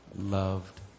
loved